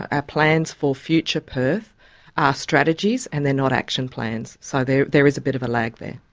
our plans for future perth are strategies and they're not action plans, so there there is a bit of a lag there.